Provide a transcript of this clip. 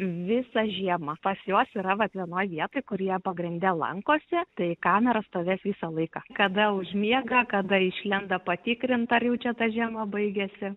visą žiemą pas juos yra vat vienoj vietoj kur jie pagrinde lankosi tai kamera stovės visą laiką kada užmiega kada išlenda patikrint ar jau čia ta žiema baigiasi